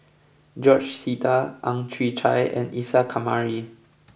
George Sita Ang Chwee Chai and Isa Kamari